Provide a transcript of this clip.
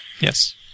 Yes